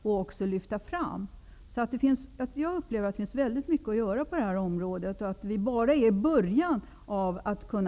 Jag upplever att det finns väldigt mycket att göra på det är området och att vi bara är i början.